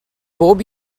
bob